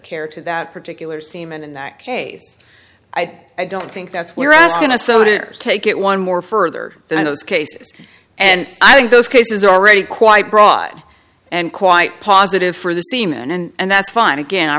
care to that particular seaman in that case i don't think that's we're asking us so to take it one more further than those cases and i think those cases are already quite broad and quite positive for the seamen and that's fine again i